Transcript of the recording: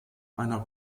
einer